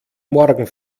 morgen